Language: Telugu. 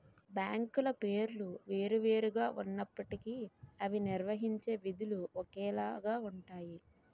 బ్యాంకుల పేర్లు వేరు వేరు గా ఉన్నప్పటికీ అవి నిర్వహించే విధులు ఒకేలాగా ఉంటాయి